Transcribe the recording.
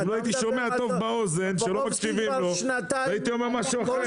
אם לא הייתי שומע אותו היטב הייתי אומר משהו אחר.